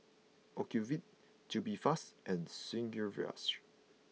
Ocuvite Tubifast and Sigvaris